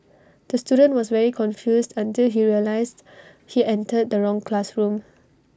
the student was very confused until he realised he entered the wrong classroom